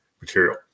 material